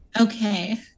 okay